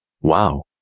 Wow